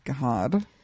God